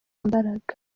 imbaraga